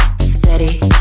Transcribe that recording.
steady